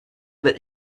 that